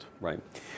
Right